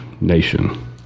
Nation